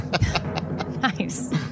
Nice